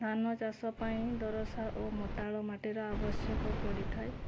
ଧାନଚାଷ ପାଇଁ ଦୋରସା ଓ ମଟାଳମାଟିର ଆବଶ୍ୟକ ପଡ଼ିଥାଏ